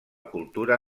cultura